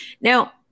Now